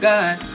God